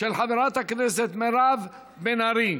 של חברת הכנסת מירב בן ארי,